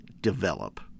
develop